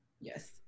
Yes